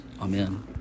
Amen